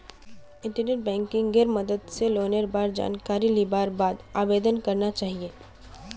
internet बैंकिंगेर मदद स लोनेर बार जानकारी लिबार बाद आवेदन करना चाहिए